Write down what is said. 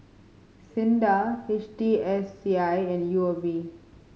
SINDA H T S C I and U O B